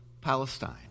Palestine